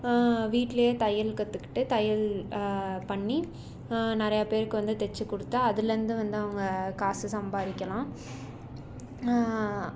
வீட்டிலே தையல் கற்றுக்கிட்டு தையல் பண்ணி ஆ நிறைய பேருக்கு வந்து தைச்சி கொடுத்தா அதுலேருந்தும் வந்து அவங்க காசு சம்பாதிக்கலாம்